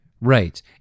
right